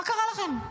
מה קרה לכם?